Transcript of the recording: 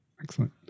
excellent